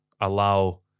allow